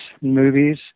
movies